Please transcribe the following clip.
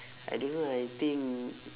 I don't know lah I think